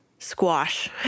squash